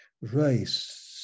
race